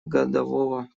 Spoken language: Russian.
годового